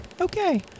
Okay